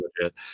legit